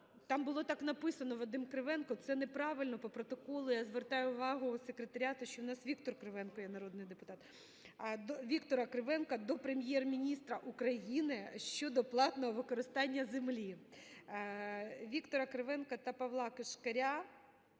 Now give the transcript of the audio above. Там було так написано: Вадим Кривенко. Це неправильно по протоколу, я звертаю увагу Секретаріату, що у нас Віктор Кривенко є народний депутат. Віктор Кривенка до Прем'єр-міністра України щодо платного використання землі. Віктора Кривенка та Павла Кишкаря